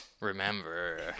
remember